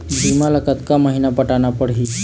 बीमा ला कतका महीना पटाना पड़ही?